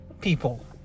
people